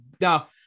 now